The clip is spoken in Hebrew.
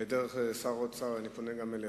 דרך שר האוצר אני פונה גם אליך.